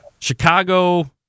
Chicago